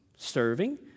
Serving